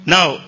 Now